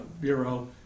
Bureau